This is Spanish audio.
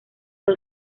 fue